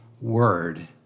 word